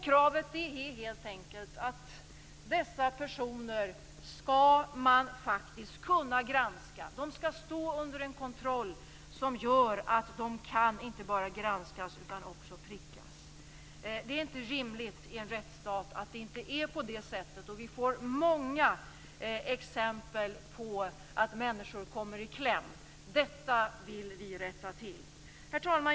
Kravet är helt enkelt att man skall kunna granska dessa personer. De skall stå under en kontroll som gör att man inte bara kan granska utan också pricka dem. Det är inte rimligt att det inte är på det sättet i en rättsstat. Vi får många exempel på att människor kommer i kläm. Detta vill vi rätta till. Herr talman!